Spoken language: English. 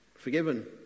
forgiven